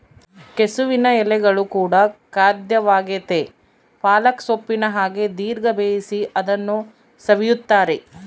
ಕೆಸುವಿನ ಎಲೆಗಳು ಕೂಡ ಖಾದ್ಯವಾಗೆತೇ ಪಾಲಕ್ ಸೊಪ್ಪಿನ ಹಾಗೆ ದೀರ್ಘ ಬೇಯಿಸಿ ಅದನ್ನು ಸವಿಯುತ್ತಾರೆ